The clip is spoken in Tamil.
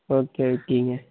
ஓகே ஓகேங்க